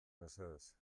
mesedez